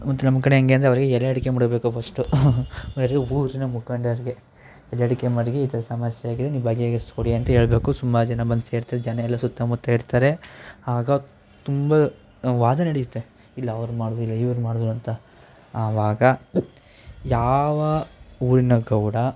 ಮತ್ತು ನಮ್ಮ ಕಡೆ ಹೇಗೆ ಅಂದರೆ ಅವರಿಗೆ ಎಲೆ ಅಡಿಕೆ ಮಡಗ್ಬೇಕು ಫಸ್ಟು ಊರಿನ ಮುಖಂಡರಿಗೆ ಎಲೆ ಅಡಿಕೆ ಮಡಗಿ ಈ ಥರ ಸಮಸ್ಯೆಯಿದೆ ನೀವು ಬಗೆಹರಿಸಿಕೊಡಿ ಅಂತ ಹೇಳಬೇಕು ಸುಮಾರು ಜನ ಬಂದು ಸೇರ್ತಾರೆ ಜನ ಎಲ್ಲ ಸುತ್ತಮುತ್ತ ಇರ್ತಾರೆ ಆಗ ತುಂಬ ವಾದ ನಡೆಯುತ್ತೆ ಇಲ್ಲ ಅವ್ರು ಮಾಡೋದು ಇಲ್ಲ ಇವ್ರು ಮಾಡೋದು ಅಂತ ಆವಾಗ ಯಾವ ಊರಿನ ಗೌಡ